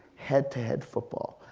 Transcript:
head to head football.